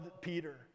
Peter